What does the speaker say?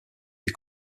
des